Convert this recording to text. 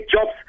jobs